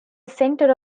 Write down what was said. centre